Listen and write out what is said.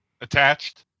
Attached